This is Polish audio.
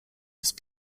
jest